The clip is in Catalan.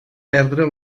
perdre